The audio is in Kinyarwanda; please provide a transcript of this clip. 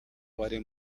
wari